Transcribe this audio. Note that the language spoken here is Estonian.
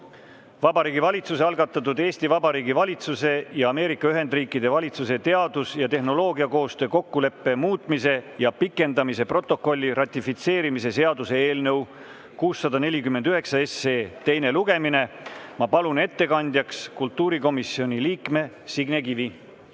Vabariigi Valitsuse algatatud Eesti Vabariigi valitsuse ja Ameerika Ühendriikide valitsuse teadus- ja tehnoloogiakoostöö kokkuleppe muutmise ja pikendamise protokolli ratifitseerimise seaduse eelnõu 649 teine lugemine. Ma palun ettekandjaks kultuurikomisjoni liikme Signe Kivi.